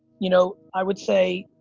you know i would say,